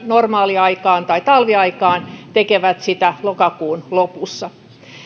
normaaliaikaan tai talviaikaan tekevät sitä lokakuun lopussa